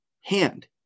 hand